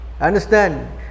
understand